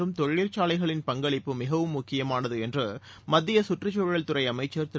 பருவ தொழிற்சாலைகளின் பங்களிப்பு மிகவும் முக்கியமானது என்று மத்திய கற்றுச் தழல் துறை அமைச்சர் திரு